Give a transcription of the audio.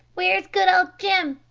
where's good old jim?